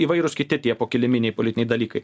įvairūs kiti tie pokiliminiai politiniai dalykai